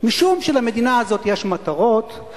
משום שלמדינה הזאת יש מטרות,